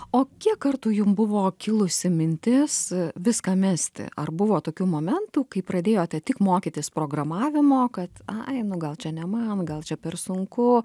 o kiek kartų jum buvo kilusi mintis viską mesti ar buvo tokių momentų kai pradėjote tik mokytis programavimo kad ai nu gal čia ne man gal čia per sunku